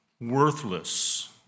worthless